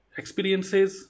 experiences